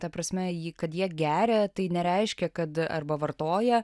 ta prasme jį kad jie geria tai nereiškia kad arba vartoja